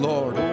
Lord